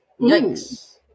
Yikes